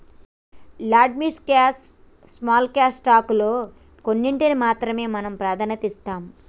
large mid cash small cash stock లో కొన్నింటికీ మాత్రమే మనం ప్రాధాన్యత ఇస్తాం